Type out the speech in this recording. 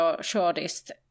shortest